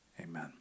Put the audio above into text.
amen